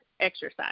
exercise